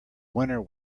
winner